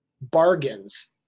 bargains